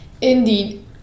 Indeed